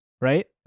Right